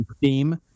theme